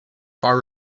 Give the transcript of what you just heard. far